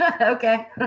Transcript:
Okay